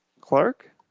Clark